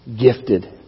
Gifted